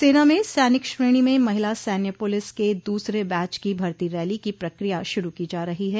सेना में सैनिक श्रेणी में महिला सैन्य पुलिस के दूसरे बैच की भर्ती रैली की प्रक्रिया शुरू की जा रही है